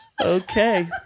Okay